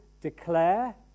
declare